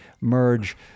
merge